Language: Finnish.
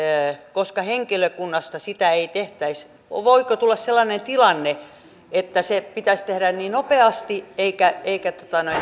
koska henkilökunta sitä ei tekisi voiko tulla sellainen tilanne että se pitäisi tehdä niin nopeasti eikä